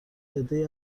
عدهای